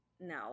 no